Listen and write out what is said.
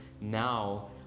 now